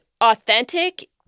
authentic